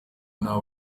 nta